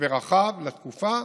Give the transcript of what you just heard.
ורחב לתקופה,